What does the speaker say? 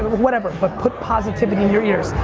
whatever. but put positivity in your ears.